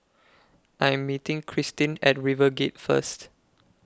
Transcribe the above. I Am meeting Kristyn At RiverGate First